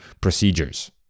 procedures